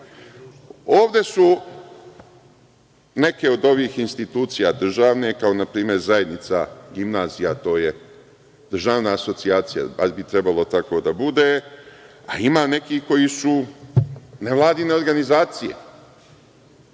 itd. Ovde su neke od ovih institucija državne, kao na primer Zajednica gimnazija, a to je državna asocijacija, bar bi trebalo tako da bude, a ima neki koji su nevladine organizacije,